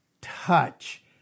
touch